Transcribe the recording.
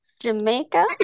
Jamaica